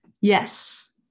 Yes